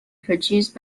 produced